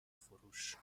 فروش